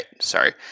sorry